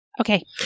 Okay